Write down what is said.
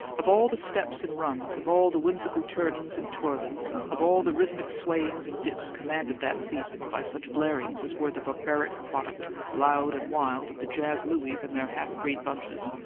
of all the steps and runs, of all the whimsical turns and twirlings, of all the rhythmic swayings and dips commanded that season by such blarings as were the barbaric product, loud and wild, of the jazz louies and their half-breed bunches,